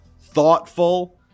thoughtful